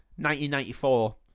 1994